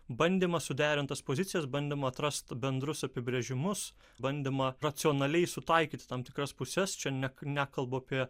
bandymas suderint tas pozicijas bandoma atrasti bendrus apibrėžimus bandoma racionaliai sutaikyti tam tikras puses čia ne nekalbu apie